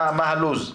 מה הלו"ז?